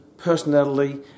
personality